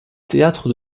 théâtre